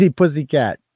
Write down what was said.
pussycat